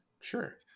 Sure